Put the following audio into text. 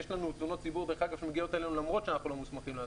יש לנו תלונות ציבור שמגיעות אלינו למרות שאנחנו לא מוסמכים לעסוק.